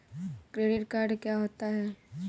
Credit card क्या होता है?